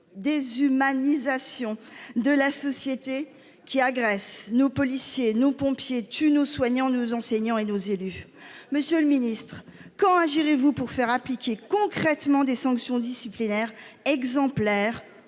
déshumanisation de la société qui agresse nos policiers, nos pompiers et tue nos soignants, nos enseignants et nos élus ! Monsieur le garde des sceaux, quand agirez-vous pour faire appliquer concrètement des sanctions pénales exemplaires,